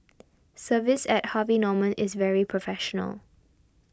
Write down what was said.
service at Harvey Norman is very professional